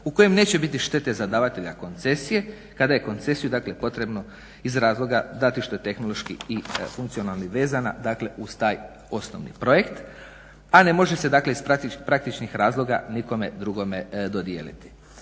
u kojem neće biti štete za davatelje koncesije kada je koncesiju dakle potrebno iz razloga dati što je tehnološki i funkcionalno vezana dakle uz taj osnovni projekt, a ne može se dakle iz praktičnih razloga nikome drugome dodijeliti.